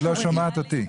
את לא שומעת אותי.